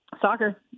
Soccer